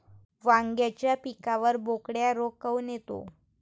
वांग्याच्या पिकावर बोकड्या रोग काऊन येतो?